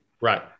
right